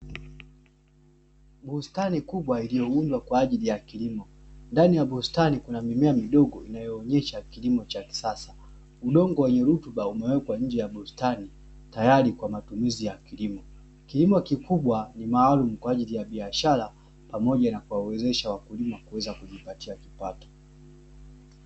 Bustani kubwa iliyoundwa kwa ajili ya kilimo, ndani ya bustani kuna mimea midogo inayoonyesha kilimo cha kisasa. Udongo wenye rutuba umewekwa nje ya bustani tayari kwa matumizi ya kilimo. Kilimo kikubwa ni maalumu kwa ajili ya biashara pamoja na kuwawezesha wakulima kuweza kujipatia kipato.